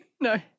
No